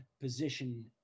position